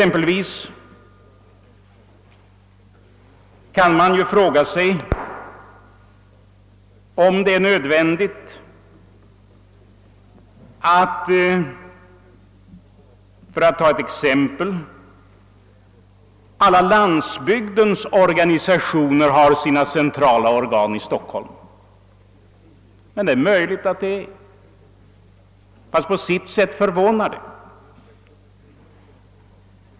Man kan fråga sig om det är nödvändigt att — för att ta ett exempel — alla landsbygdens organisationer har sina centrala organ i Stockholm. Det är möjligt att det är, fast på sitt sätt förvånar det.